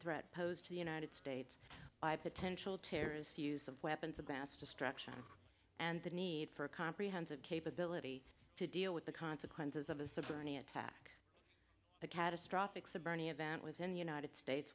threat posed to the united states by potential terrorists use of weapons of mass destruction and the need for a comprehensive capability to deal with the consequences of the burnie attack a catastrophic sobranie event within the united states